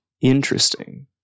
Interesting